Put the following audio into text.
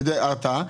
כדי ליצור הרתעה,